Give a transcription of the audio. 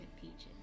peaches